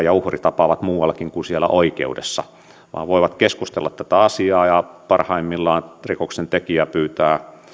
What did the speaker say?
ja uhri tapaavat muuallakin kuin siellä oikeudessa ja voivat keskustella tästä asiasta ja parhaimmillaan rikoksentekijä pyytää